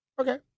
Okay